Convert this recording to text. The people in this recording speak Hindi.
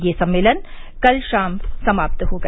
यह सम्मेलन कल शाम समाप्त हो गया